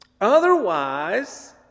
Otherwise